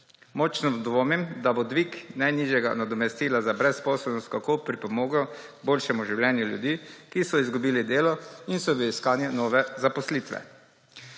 Močno dvomim, da bo dvig najnižjega nadomestila za brezposelnost kakorkoli pripomogel k boljšemu življenju ljudi, ki so izgubili delo in so v iskanju nove zaposlitve.